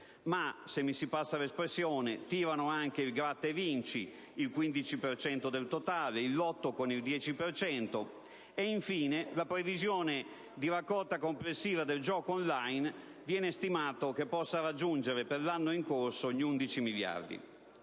ma - se mi si passa l'espressione - tirano anche il gratta e vinci (15 per cento del totale) e il lotto (10 per cento). Infine, la previsione di raccolta complessiva del gioco *on* *line* viene stimato che possa raggiungere, per l'anno in corso, gli 11 miliardi